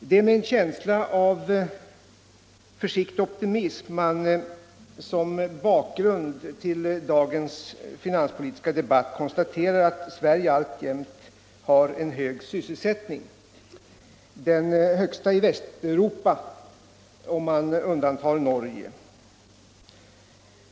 Det är med en känsla av försiktig optimism man som bakgrund till dagens finanspolitiska debatt konstaterar att Sverige alltjämt har en hög sysselsättning, den högsta i Västeuropa om man undantar Norge.